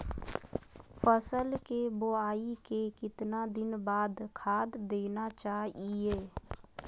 फसल के बोआई के कितना दिन बाद खाद देना चाइए?